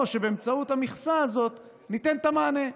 או שבאמצעות המכסה הזו ניתן את המענה.